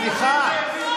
סליחה.